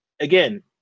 Again